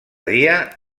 dia